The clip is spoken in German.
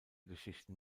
geschichten